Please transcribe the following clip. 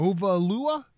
Ovalua